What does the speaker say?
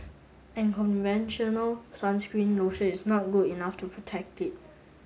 and conventional sunscreen lotion is not good enough to protect it